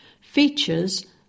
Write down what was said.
Features